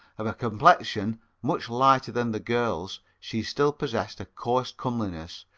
of a complexion much lighter than the girl's, she still possessed a coarse comeliness,